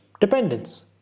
dependence